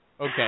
Okay